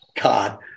God